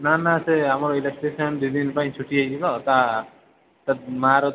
ନା ନା ସେ ଆମର ଇଲେକ୍ଟ୍ରିସିଆନ୍ ଦୁଇ ଦିନ ପାଇଁ ଛୁଟି ହେଇଯିବ ତା' ମାଆର ଦେହ